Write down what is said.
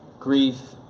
grief,